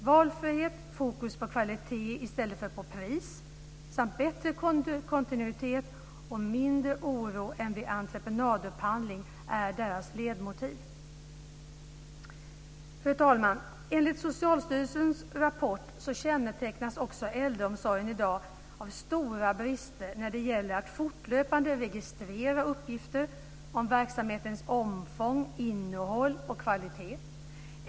Valfrihet, fokus på kvalitet i stället för på pris samt bättre kontinuitet och mindre oro än vid entreprenadupphandling är deras ledmotiv. Fru talman! Enligt Socialstyrelsens rapport kännetecknas också äldreomsorgen i dag av stora brister när det gäller att fortlöpande registrera uppgifter om verksamhetens omfång, innehåll och kvalitet.